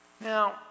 Now